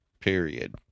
Period